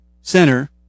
Center